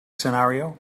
scenario